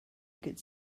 good